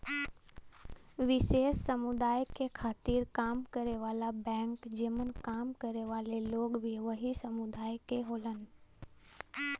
विशेष समुदाय के खातिर काम करे वाला बैंक जेमन काम करे वाले लोग भी वही समुदाय क होलन